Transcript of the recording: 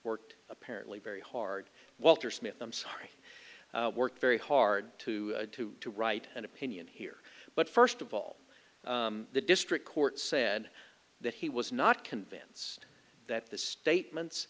worked apparently very hard walter smith i'm sorry worked very hard to to write an opinion here but first of all the district court said that he was not convince that the statements